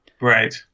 right